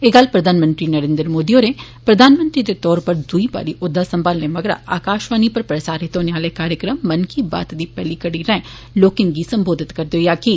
एह् गल्ल प्रधानमंत्री होरें प्रधानमंत्री दे तौर उप्पर दुइ बारी औह्दा संभालने मगरा आकाशवाणी उप्पर प्रसारित होने आले कार्यक्रम मन की बात दी पैहली कड़ीराएं लोकें गी संबोधित करदे होई आक्खी